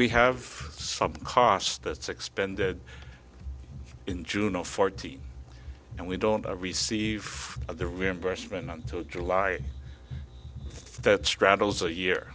we have some costs expended in june or fourteen and we don't receive the reimbursement until july that straddles the year